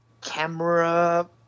camera